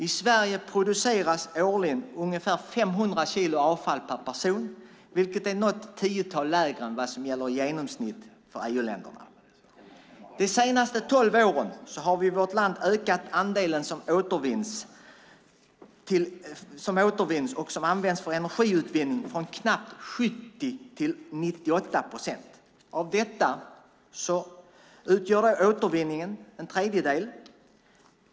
I Sverige produceras årligen ungefär 500 kilo avfall per person, vilket är något tiotal kilo mindre än som i genomsnitt gäller för EU-länderna. De senaste tolv åren har vi i vårt land ökat andelen som återvinns och som används till energiutvinning från knappt 70 procent till 98 procent. Återvinningen utgör en tredjedel.